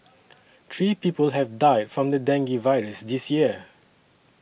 three people have died from the dengue virus this year